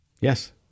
Yes